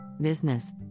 business